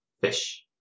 Fish